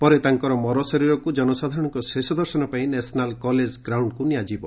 ପରେ ତାଙ୍କର ମରଶରୀରକୁ ଜନସାଧାରଣଙ୍କ ଶେଷଦର୍ଶନ ପାଇଁ ନ୍ୟାସନାଲ୍ କଲେଜ୍ ଗ୍ରାଉଣ୍ଡ୍କୁ ନିଆଯିବ